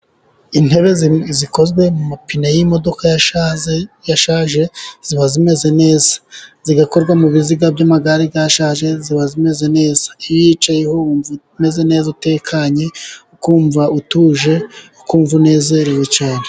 Intebe zikozwe mu mapine y'imodoka yashaje, ziba zimaze neza, zigakorwa mu biziga by'amagare yashaje ziba zimeze neza, iyo uyicayeho wumva umeze neza utekanye, kuko wumva utuje ukumva unezerewe cyane.